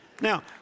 Now